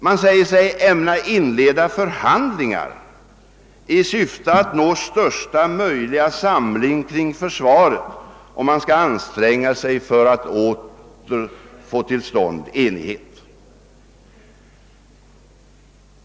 Man säger sig ämna inleda förhandlingar i syfte att nå största möjliga samling kring försvaret, och man skall anstränga sig för att åter få till stånd enighet.